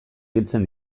biltzen